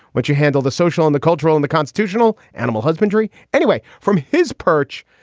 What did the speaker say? what you handle, the social and the cultural and the constitutional animal husbandry. anyway, from his perch,